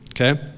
Okay